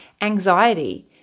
anxiety